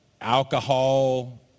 alcohol